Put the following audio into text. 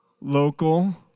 local